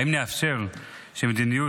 האם נאפשר שמדיניות